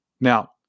Now